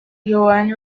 joan